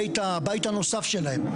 הבית הנוסף שלהם.